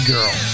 Girl